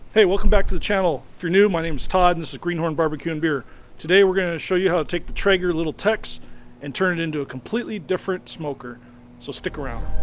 hey welcome back to the channel if you're new my name is todd this and is greenhorn bbq and beer today we're going to show you how to take the treager little tex and turn it into a completely different smoker so stick around!